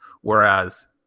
Whereas